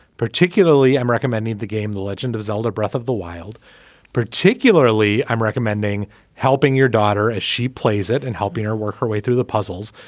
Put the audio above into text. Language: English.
particularly i'm recommending the game the legend of zelda breath of the wild particularly i'm recommending helping your daughter as she plays it and helping her work her way through the puzzles.